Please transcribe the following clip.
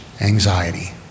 anxiety